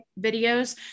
videos